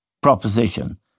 proposition